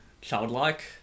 childlike